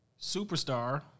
Superstar